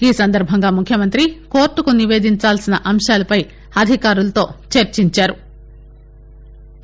ఈ సందర్బంగా ముఖ్యమంత్రి కోర్టకు నివేదించాల్సిన అంశాలపై అధికారులతో చర్చించారు